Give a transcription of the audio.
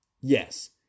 Yes